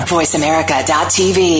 VoiceAmerica.tv